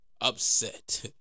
Upset